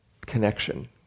connection